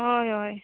हय हय